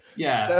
yeah.